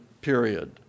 period